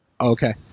Okay